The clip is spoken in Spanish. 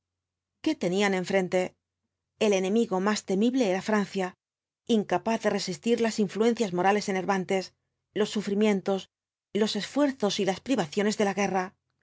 qué tenían enlos cuatro jinhkths dhl apcaupsi frentt el enemigo más temible era francia incapaz de resistir las influencias morales enervantes los sufrimientos los esfuerzos y las privaciones de la guerra